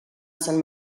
sant